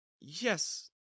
Yes